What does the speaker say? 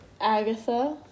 Agatha